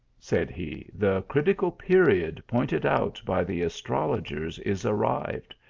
said he, the critical period pointed out by the astrologers is arrived.